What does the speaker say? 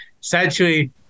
essentially